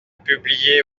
publié